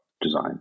design